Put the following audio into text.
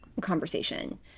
conversation